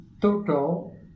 total